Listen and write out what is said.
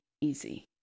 easy